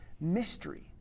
mystery